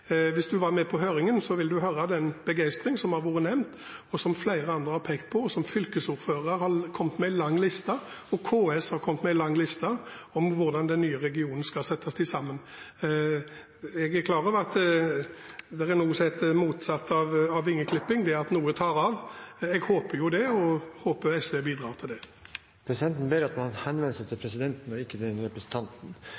Hvis du var med på høringen, ville du hørt den begeistringen som har vært nevnt, som flere andre har pekt på, og hvor fylkesordførere og KS har kommet med en lang liste om hvordan den nye regionen skal settes sammen. Jeg er klar over at det motsatte av vingeklipping er at noe tar av. Jeg håper det gjør det, og at SV bidrar til det. Presidenten ber om at all tale skal rettes til